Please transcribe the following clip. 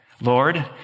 Lord